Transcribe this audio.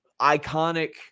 iconic